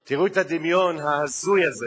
תראו את הדמיון ההזוי הזה.